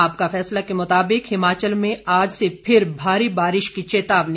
आपका फैसला के मुताबिक हिमाचल में आज से फिर भारी बारिश की चेतावनी